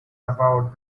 about